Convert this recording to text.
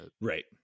Right